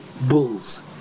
bulls